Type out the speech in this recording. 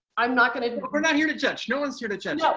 i'm not gonna we're not here to judge. no one's here to judge.